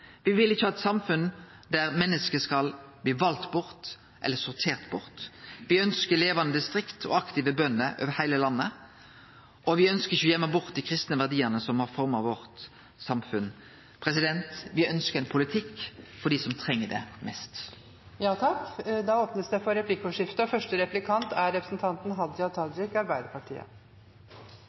vil ikkje ha eit samfunn der menneske blir valde bort eller sorterte bort. Me ønskjer levande distrikt og aktive bønder over heile landet. Me ønskjer ikkje å gøyme bort dei kristne verdiane som har forma samfunnet vårt. Me ønskjer ein politikk for dei som treng det mest. Det blir replikkordskifte. Representanten Hareide tok bl.a. opp verdiar, og det er